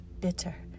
bitter